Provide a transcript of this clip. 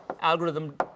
algorithm